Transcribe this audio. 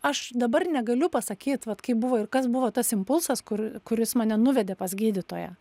aš dabar negaliu pasakyt vat kaip buvo ir kas buvo tas impulsas kur kuris mane nuvedė pas gydytoją